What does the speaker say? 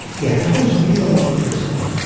yeah, that was really interesting.